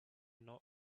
not